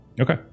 Okay